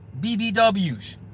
BBWs